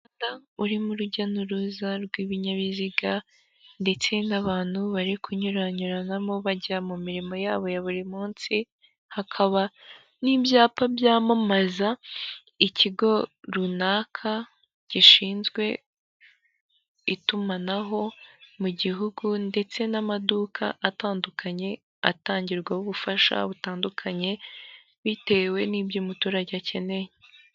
Umuhanda urimo urujya n'uruza rw'ibinyabiziga ndetse n'abantu bari kunyuranyuranamo bajya mu mirimo yabo ya buri munsi, hakaba n'ibyapa byamamaza ikigo runaka gishinzwe itumanaho mu gihugu, ndetse n'amaduka atandukanye atangirwaho ubufasha butandukanye bitewe n'ibyo umuturage akeneye.